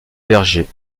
vergers